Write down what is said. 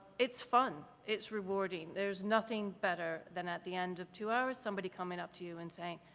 it's fun, it's rewarding, there's nothing better than at the end of two hours somebody coming up to you and saying,